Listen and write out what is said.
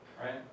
right